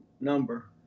number